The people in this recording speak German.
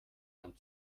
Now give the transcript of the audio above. kann